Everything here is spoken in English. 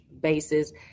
bases